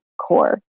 core